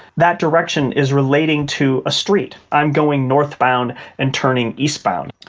that direction is relating to a street, i am going northbound and turning eastbound.